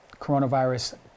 coronavirus